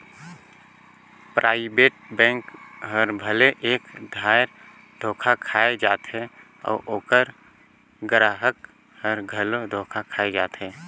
private bank हर भले एक धाएर धोखा खाए जाथे अउ ओकर गराहक हर घलो धोखा खाए जाथे